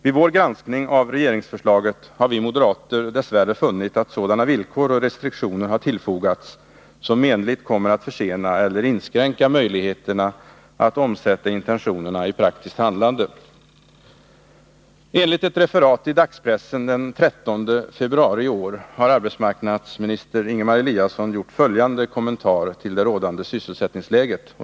Vid vår granskning av regeringsförslaget har vi moderater dess värre funnit att sådana villkor och restriktioner har tillfogats som menligt kommer att försena eller inskränka möjligheterna att omsätta intentionerna i praktiskt handlande. Enligt ett referat i dagspressen den 13 februari i år har arbetsmarknadsministern Ingemar Eliasson gjort följande kommentar till det rådande sysselsättningsläget.